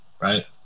Right